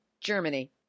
Germany